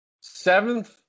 seventh